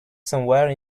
somewhere